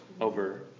over